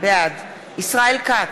בעד ישראל כץ,